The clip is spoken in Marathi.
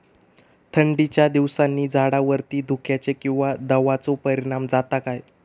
थंडीच्या दिवसानी झाडावरती धुक्याचे किंवा दवाचो परिणाम जाता काय?